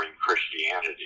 Christianity